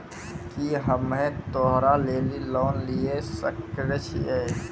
की हम्मय त्योहार लेली लोन लिये सकय छियै?